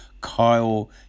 Kyle